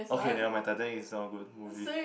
okay never mind Titanic is not a good movie